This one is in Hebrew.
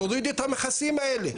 תורידו את המכסים האלה.